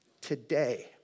today